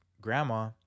grandma